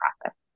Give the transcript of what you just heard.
process